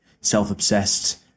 self-obsessed